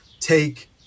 take